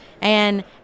And-